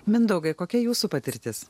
mindaugai kokia jūsų patirtis